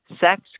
sex